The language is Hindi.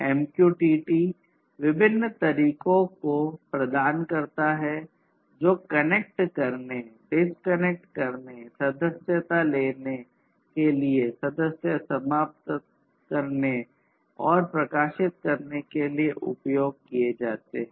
MQTT विभिन्न तरीकों को प्रदान करता है जो कनेक्ट करने डिस्कनेक्ट करने सदस्यता लेने के लिए सदस्यता समाप्त करें और प्रकाशित करने के लिए उपयोग किए जाते हैं